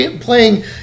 playing